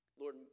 Lord